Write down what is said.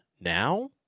now